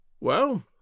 Well